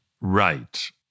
Right